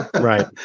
Right